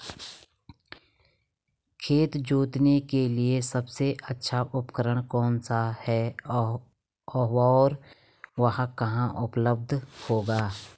खेत जोतने के लिए सबसे अच्छा उपकरण कौन सा है और वह कहाँ उपलब्ध होगा?